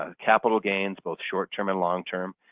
ah capital gains, both short term and long term.